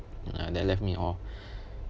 ah that left me in awe